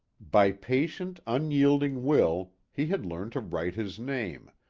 by patient unyielding will he had learned to write his name,